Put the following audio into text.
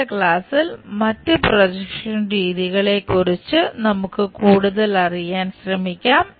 അടുത്ത ക്ലാസ്സിൽ മറ്റ് പ്രൊജക്ഷൻ രീതികളെക്കുറിച്ച് നമുക്ക് കൂടുതൽ അറിയാൻ ശ്രമിക്കാം